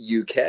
UK